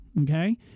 okay